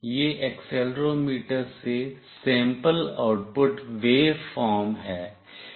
यह एक्सेलेरोमीटर से sample output waveform है